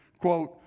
quote